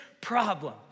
problem